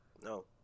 no